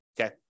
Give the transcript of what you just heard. Okay